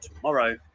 tomorrow